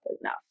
enough